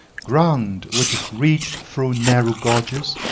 ground which is reached through narrow gorges,